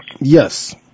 Yes